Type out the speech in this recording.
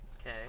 Okay